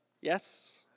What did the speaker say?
Yes